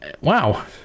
wow